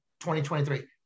2023